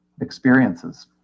experiences